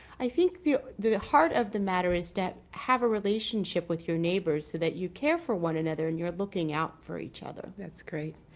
i think the the heart of the matter is debt have a relationship with your neighbors. so that you care for one another and you're looking out for each other that's great.